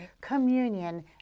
communion